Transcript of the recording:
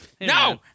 No